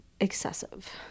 excessive